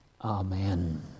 Amen